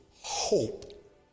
hope